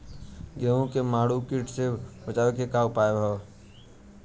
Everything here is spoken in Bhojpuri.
गेहूँ में माहुं किट से बचाव के का उपाय बा?